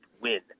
win